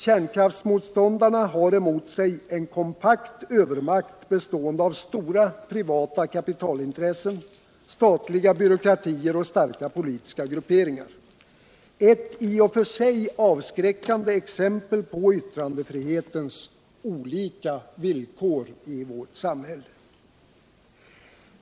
Kärnkraftsmotståndarna har emot sig en kompakt övermakt bestående av stora privata kapitalintressen, statliga byråkratier och starka politiska grupperingar — ett I och för sig avskräckande exempel på vitrandefrihetens olika villkor i vårt samhälle.